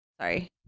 Sorry